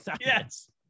Yes